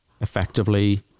effectively